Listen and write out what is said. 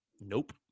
Nope